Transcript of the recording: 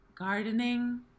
Gardening